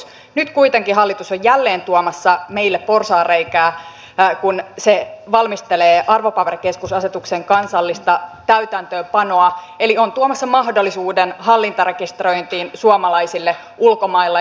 nyt kuitenkin hallitus on jälleen tuomassa meille porsaanreikää kun se valmistelee arvopaperikeskusasetuksen kansallista täytäntöönpanoa eli on tuomassa mahdollisuuden hallintarekisteröintiin suomalaisille ulkomailla